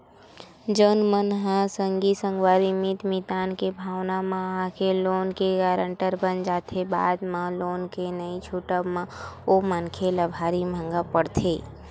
जउन मन ह संगी संगवारी मीत मितानी के भाव म आके लोन के गारेंटर बन जाथे बाद म लोन के नइ छूटब म ओ मनखे ल भारी महंगा पड़थे